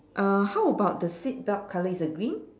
uh how about the seat belt colour is a green